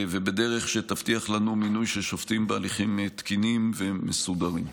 ובדרך שתבטיח לנו מינוי של שופטים בהליכים תקינים ומסודרים.